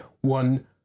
one